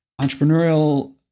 entrepreneurial